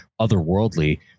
otherworldly